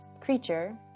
creature